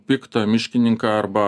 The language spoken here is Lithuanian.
piktą miškininką arba